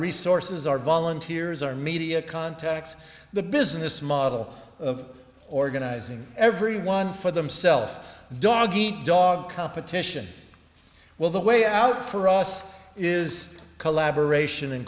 resources our volunteers our media contacts the business model of organizing everyone for themself dog eat dog competition well the way out for us is collaboration